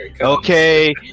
Okay